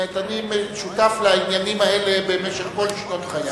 אני שותף לעניינים האלה במשך כל שנות חיי